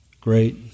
great